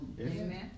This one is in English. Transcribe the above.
Amen